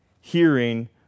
hearing